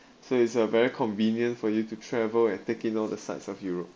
so it's a very convenient for you to travel and take in all the sides of europe